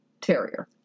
Terrier